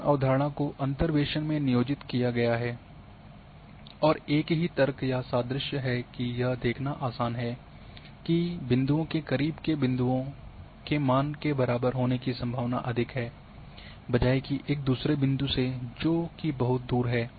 समान अवधारणा को अंतर्वेसन में नियोजित किया गया है और एक ही तर्क या सादृश्य है कि यह देखना आसान है कि नमूने बिंदुओं के करीब के बिंदुओं के मान के बराबर होने की संभावना अधिक है बजाय कि एक दूसरे बिंदु से जो कि बहुत दूर है